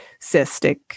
cystic